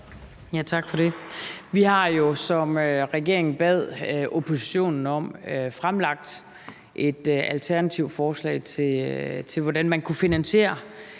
Tak for det. Vi har jo, som regeringen bad oppositionen om, fremlagt et alternativt forslag til, hvordan man kunne finansiere